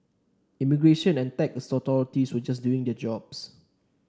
immigration and tax authorities were just doing their jobs